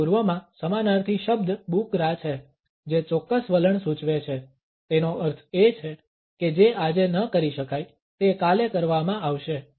મધ્ય પૂર્વમાં સમાનાર્થી શબ્દ બુકરા છે જે ચોક્કસ વલણ સૂચવે છે તેનો અર્થ એ છે કે જે આજે ન કરી શકાય તે કાલે કરવામાં આવશે